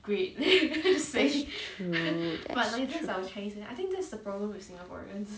that's true that's true